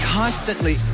constantly